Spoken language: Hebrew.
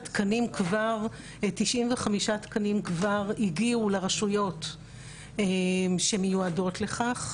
95 תקנים כבר הגיעו לרשויות שמיועדות לכך,